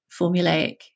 formulaic